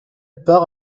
part